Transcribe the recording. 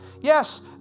Yes